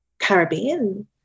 caribbean